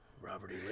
Robert